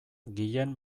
guillem